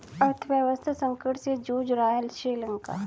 अर्थव्यवस्था संकट से जूझ रहा हैं श्रीलंका